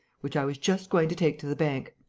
which i was just going to take to the bank.